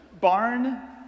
barn